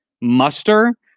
muster